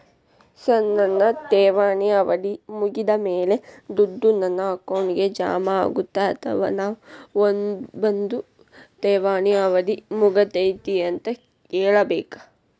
Sir ನನ್ನ ಠೇವಣಿ ಅವಧಿ ಮುಗಿದಮೇಲೆ, ದುಡ್ಡು ನನ್ನ ಅಕೌಂಟ್ಗೆ ಜಮಾ ಆಗುತ್ತ ಅಥವಾ ನಾವ್ ಬಂದು ಠೇವಣಿ ಅವಧಿ ಮುಗದೈತಿ ಅಂತ ಹೇಳಬೇಕ?